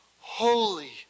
holy